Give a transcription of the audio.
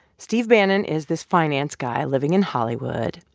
steve bannon is this finance guy living in hollywood,